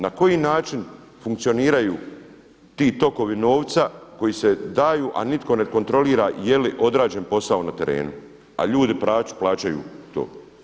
Na koji način funkcioniraju ti tokovi novca koji se daju, a nitko ne kontrolira je li odrađen posao na terenu, a ljudi plaćaju to.